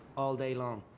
all day long.